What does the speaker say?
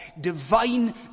divine